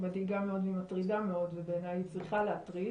היא מטרידה מאוד והיא מדאיגה מאוד ובעיניי היא צריכה להטריד,